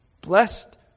Blessed